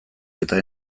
eta